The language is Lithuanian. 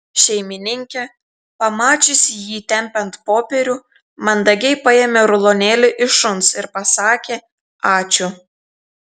šeimininkė pamačiusi jį tempiant popierių mandagiai paėmė rulonėlį iš šuns ir pasakė ačiū